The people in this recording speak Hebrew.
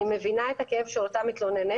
אני מבינה את הכאב של אותה מתלוננת,